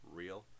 real